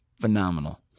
Phenomenal